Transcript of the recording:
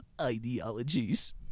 ideologies